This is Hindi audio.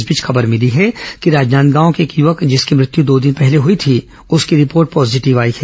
इस बीच खबर भिली है कि राजनांदगांव के एक युवक जिसकी मृत्यु दो दिन पहले हुई थी उसकी रिपोर्ट पॉजीटिव आई है